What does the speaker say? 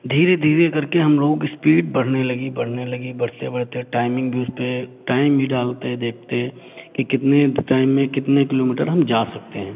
धीरे धीरे करके हम लोगों की स्पीड बढ़ने लगी बढ़ने लगी बढ़ते बढ़ते टाइमिंग देखते टाइम भी डालते देखते कि कितने टाइम में कितने किलोमीटर हम जा सकते हैं